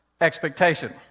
expectation